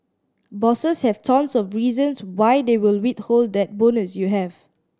bosses have tons of reasons why they will withhold that bonus you have